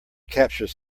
capture